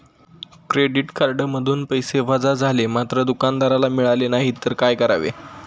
Credit कार्डमधून पैसे वजा झाले मात्र दुकानदाराला मिळाले नाहीत तर काय करावे?